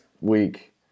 week